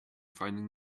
finding